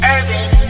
Urban